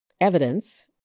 evidence